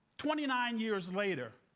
twenty nine years later,